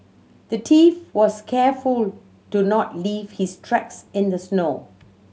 the thief was careful to not leave his tracks in the snow